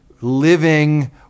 living